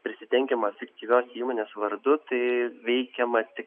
prisidengiama fiktyvios įmonės vardu tai veikiama tik